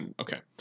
Okay